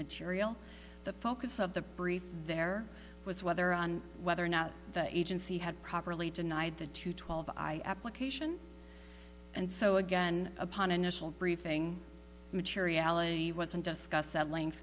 material the focus of the brief there was whether on whether or not the agency had properly denied the two twelve i application and so again upon initial briefing materiality wasn't discuss